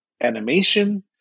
animation